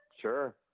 Sure